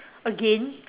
again